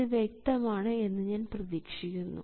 ഇത് വ്യക്തമാണ് എന്ന് ഞാൻ പ്രതീക്ഷിക്കുന്നു